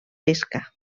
pesca